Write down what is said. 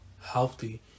healthy